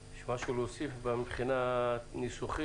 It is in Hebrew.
יש משהו להוסיף מהבחינה המשפטית?